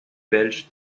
belge